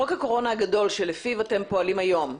חוק הקורונה הגדול, שלפיו אתם פועלים היום,